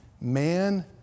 man